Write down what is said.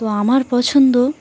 তো আমার পছন্দ